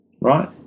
Right